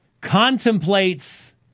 contemplates